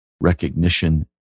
recognition